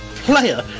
player